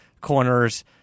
corners